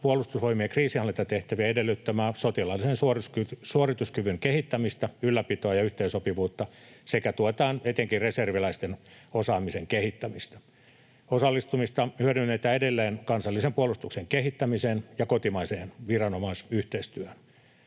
Puolustusvoimien kriisinhallintatehtävien edellyttämää sotilaallisen suorituskyvyn kehittämistä, ylläpitoa ja yhteensopivuutta sekä tuetaan etenkin reserviläisten osaamisen kehittämistä. Osallistumista hyödynnetään edelleen kansallisen puolustuksen kehittämiseen ja kotimaiseen viranomaisyhteistyöhön.